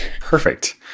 Perfect